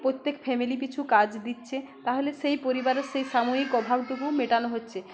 প্রত্যেক ফ্যামিলি পিছু কাজ দিচ্ছে তাহলে সেই পরিবারের সেই সাময়িক অভাবটুকু মেটানো হচ্ছে